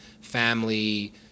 family